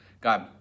God